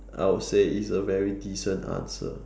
I would say it's a very decent answer